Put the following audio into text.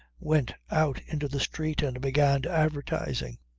went out into the street and began advertising.